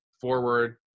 forward